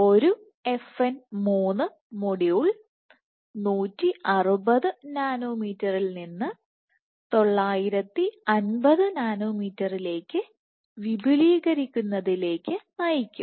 ഒരു മൊഡ്യൂൾ 160 നാനോമീറ്ററിൽ നിന്ന് 950 നാനോമീറ്ററിലേക്ക് വിപുലീകരിക്കുന്നതിലേക്ക് നയിക്കും